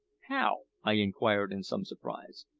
how? i inquired in some surprise.